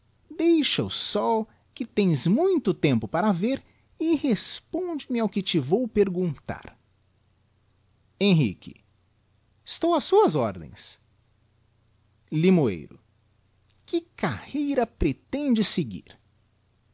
deixa o sol que tens muito tempo para ver e responde me ao que te vou perguntar henrique estou ás suas ordens limoeiro que carreira pretendes seguir